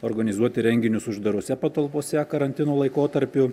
organizuoti renginius uždarose patalpose karantino laikotarpiu